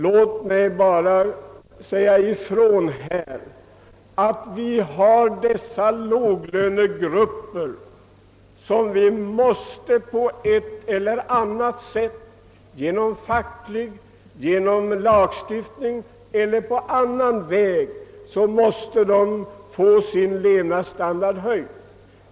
Låt mig i detta sammanhang endast erinra om dessa låglönegrupper, som på ett eller annat sätt — genom fackliga åtgärder eller genom lagstiftning — måste få sin levnadsstandard höjd.